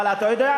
אבל אתה יודע,